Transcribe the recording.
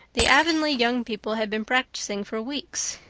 the avonlea young people had been practicing for weeks,